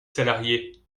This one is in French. salariés